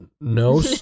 no